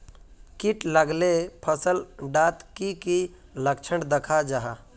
किट लगाले फसल डात की की लक्षण दखा जहा?